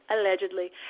allegedly